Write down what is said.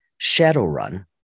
Shadowrun